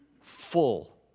full